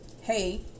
hey